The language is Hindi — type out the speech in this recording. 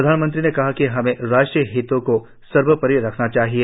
प्रधानमंत्री ने कहा कि हमें राष्ट्रीय हितों को सर्वोपरि रखना चाहिए